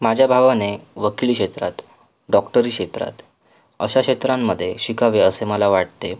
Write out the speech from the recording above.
माझ्या भावाने वकिली क्षेत्रात डॉक्टरी क्षेत्रात अशा क्षेत्रांमध्ये शिकावे असे मला वाटते